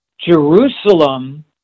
Jerusalem